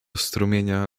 strumienia